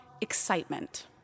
excitement